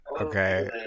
Okay